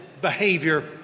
behavior